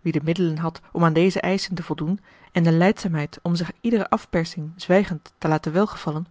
wie de middelen had om aan deze eischen te voldoen en de lijdzaamheid om zich iedere afpersing zwijgend te laten welgevallen